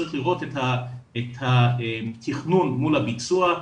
צריך לראות את התכנון מול הביצוע,